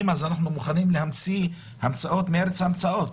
אז אנחנו מוכנים להמציא המצאות מארץ ההמצאות.